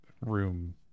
room